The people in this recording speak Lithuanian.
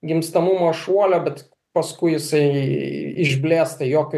gimstamumo šuolio bet paskui jisai išblėsta jokio